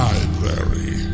Library